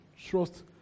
Trust